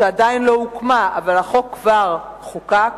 שעדיין לא הוקמה אבל החוק כבר חוקק,